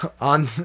On